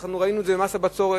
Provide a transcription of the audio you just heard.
אנחנו ראינו את זה במס הבצורת.